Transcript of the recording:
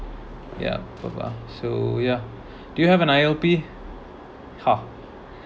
yeah so yeah do you have an I_L_P ha